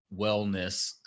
wellness